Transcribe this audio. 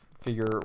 figure